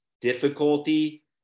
difficulty